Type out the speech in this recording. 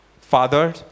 Father